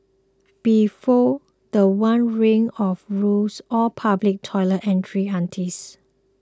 before the one ring of rules all public toilet entrance aunties